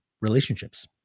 relationships